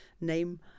name